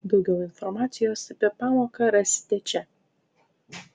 daugiau informacijos apie pamoką rasite čia